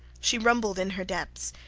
she rumbled in her depths,